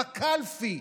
בקלפי.